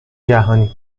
جهانی